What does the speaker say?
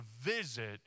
visit